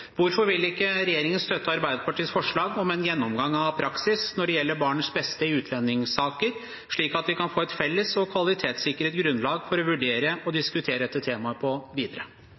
Hvorfor vil ikke regjeringen støtte Arbeiderpartiets forslag om en gjennomgang av praksis når det gjelder barnets beste i utlendingssaker, slik at vi kan få et felles og kvalitetssikret grunnlag for å vurdere og diskutere dette temaet videre?